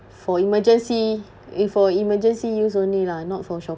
for emergency if for emergency use only lah not for shop~